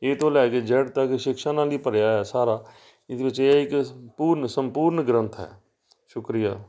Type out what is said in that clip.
ਏ ਤੋਂ ਲੈ ਕੇ ਜੈੱਡ ਤੱਕ ਸ਼ਿਕਸ਼ਾ ਨਾਲ ਹੀ ਭਰਿਆ ਹੈ ਸਾਰਾ ਇਹਦੇ ਵਿੱਚ ਇਹ ਇੱਕ ਸੰਪੂਰਨ ਸੰਪੂਰਨ ਗ੍ਰੰਥ ਹੈ ਸ਼ੁਕਰੀਆ